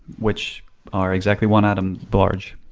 which are exactly one atom large.